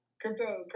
Crypto